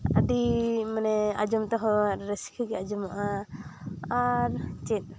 ᱟᱹᱰᱤ ᱢᱟᱱᱮ ᱟᱸᱡᱚᱢ ᱛᱮᱦᱚᱸ ᱟᱹᱰᱤ ᱨᱟᱹᱥᱠᱟᱹ ᱜᱮ ᱟᱸᱡᱚᱢᱚᱜᱼᱟ ᱟᱨ ᱪᱮᱫ